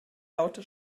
laute